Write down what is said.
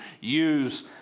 use